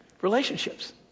relationships